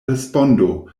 respondo